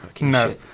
no